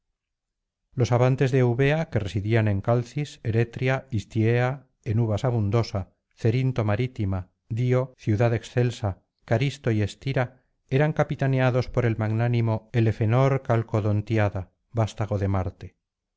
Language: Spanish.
los abantes de eubea que residían en calcis eretria histiea en uvas abundosa cerinto marítima dio ciudad excelsa caristo y estira eran capitaneados por el magnánimo elefenor calcodontíada vastago de marte